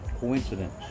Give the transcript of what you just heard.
coincidence